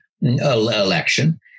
election